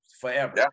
forever